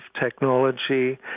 technology